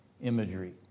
imagery